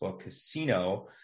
casino